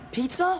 Pizza